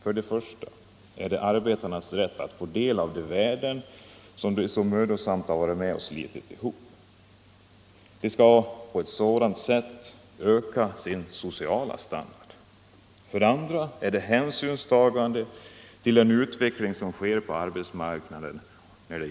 För det första är det arbetarnas rätt att få del av de värden som de mödosamt har varit med om att slita ihop. De skall på ett sådant sätt öka sin sociala standard. För det andra är det hänsynstagandet till den utveckling som sker på arbetsmarknaden.